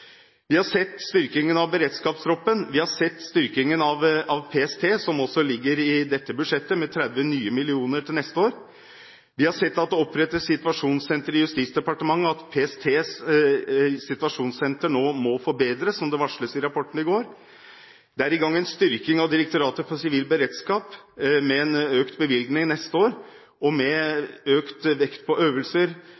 Vi har sett styrkingen av beredskapstroppen. Vi har sett styrkingen av PST i dette budsjettet, med 30 nye millioner til neste år. Vi har sett at det er opprettet et situasjonssenter i Justisdepartementet, at PSTs situasjonssenter nå må forbedres, som det ble varslet i rapporten i går. Det er i gang en styrking av Direktoratet for samfunnssikkerhet og beredskap, med økt bevilgning neste år for å legge økt vekt på øvelser og med